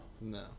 No